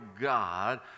God